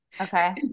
Okay